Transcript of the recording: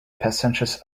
passengers